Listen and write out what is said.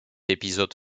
épisode